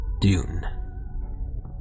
Dune